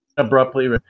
abruptly